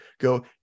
go